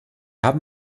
haben